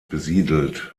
besiedelt